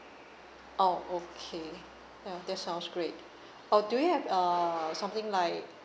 oh okay ya that sounds great or do you have uh something like